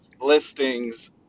listings